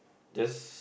that's